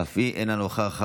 אף היא אינה נוכחת,